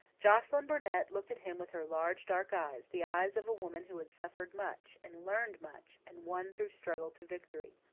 joscelyn burnett looked at him with her large, dark eyes the eyes of a woman who had suffered much, and learned much, and won through struggle to victory.